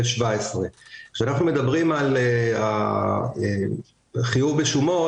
כשאנחנו מדברים על החיוב בשומות,